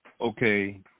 okay